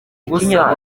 gucya